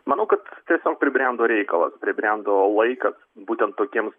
manau kad tiesiog pribrendo reikalas pribrendo laikas būtent tokiems